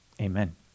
Amen